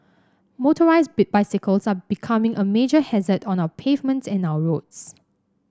motorised bicycles are becoming a major hazard on our pavements and our roads